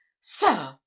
sir